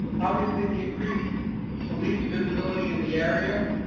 obviously, the increased police visibility in the area,